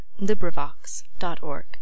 Librivox.org